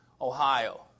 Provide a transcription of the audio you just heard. Ohio